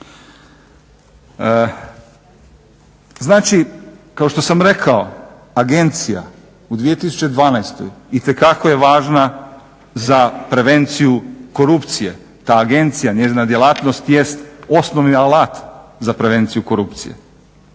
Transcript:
Znači, kao što sam rekao agencija u 2012.itekako je važna za prevenciju korupcije, da agencija, njezina djelatnost jest osnovni alat za prevenciju korupcije.